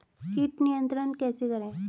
कीट नियंत्रण कैसे करें?